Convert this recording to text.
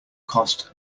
cost